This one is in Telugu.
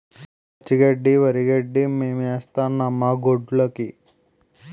పచ్చి గడ్డి వరిగడ్డి మేతేస్తన్నం మాగొడ్డ్లుకి